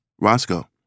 Roscoe